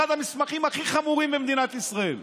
אחד המסמכים הכי חמורים במדינת ישראל.